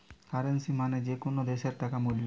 currency মানে যে কোনো দ্যাশের টাকার মূল্য